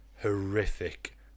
horrific